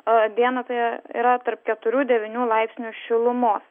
dieną tai yra tarp keturių devynių laipsnių šilumos